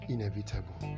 Inevitable